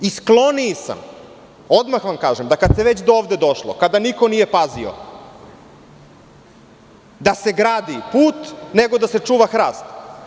I skloniji sam, odmah vam kažem, da kad se već dovde došlo, kada niko nije pazio, da se gradi put, nego da se čuva hrast.